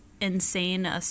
insane